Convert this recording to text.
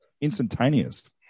instantaneous